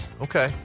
Okay